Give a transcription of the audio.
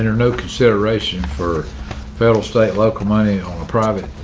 and know consideration for federal state, local money private.